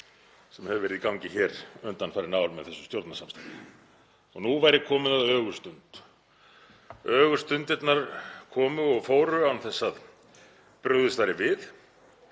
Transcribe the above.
sem hefur verið í gangi hér undanfarin ár með þessu stjórnarsamstarfi og nú væri komið að ögurstund. Ögurstundirnar komu og fóru án þess að brugðist væri við.